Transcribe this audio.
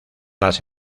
las